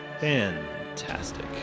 Fantastic